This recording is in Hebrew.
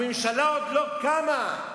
הממשלה עוד לא קמה.